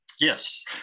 Yes